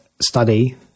study